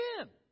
again